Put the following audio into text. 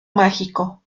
mágico